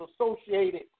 associated